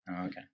Okay